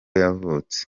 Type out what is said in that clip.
yavutse